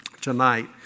tonight